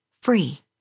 free